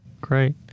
Great